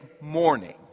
morning